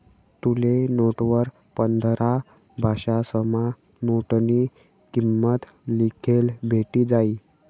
तुले नोटवर पंधरा भाषासमा नोटनी किंमत लिखेल भेटी जायी